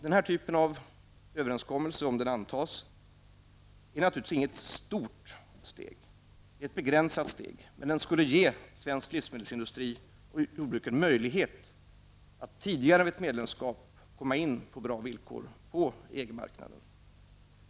Denna typ av överenskommelse, om den antas, är naturligtvis inte något stort steg utan ett begränsat steg, men den skulle ge svensk livsmedelsindustri och svenskt jordbruk möjlighet att tidigare än ett medlemskap komma in med bra villkor på EGs marknad.